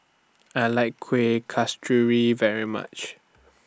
I like Kueh Kasturi very much